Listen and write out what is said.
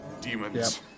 Demons